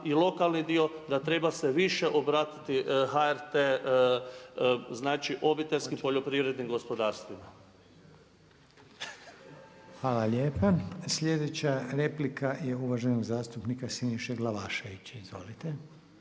i lokalni dio da treba se više obratiti HRT znači obiteljskim poljoprivrednim gospodarstvima. **Reiner, Željko (HDZ)** Hvala lijepa. I slijedeća replika je uvaženog zastupnika Bojana Glavaševića. Izvolite.